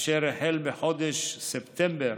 אשר החל בחודש ספטמבר